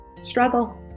struggle